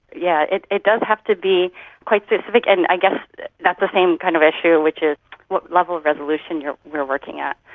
yeah it it does have to be quite specific, and i guess that the same kind of issue which is what level of resolution you're working at.